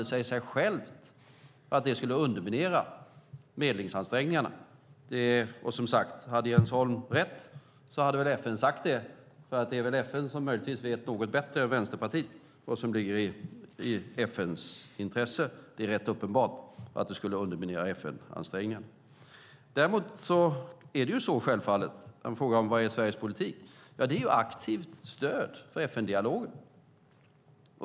Det säger sig självt att det skulle underminera medlingsansträngningarna. Som sagt: Hade Jens Holm rätt hade väl FN sagt det. FN vet väl möjligtvis något bättre än Vänsterpartiet vad som ligger i FN:s intresse. Det är rätt uppenbart att det skulle underminera FN-ansträngningarna. Däremot är det självfallet en fråga om vad som är Sveriges politik. Ja, det är aktivt stöd för FN-dialogen.